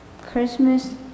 Christmas